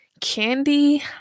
Candy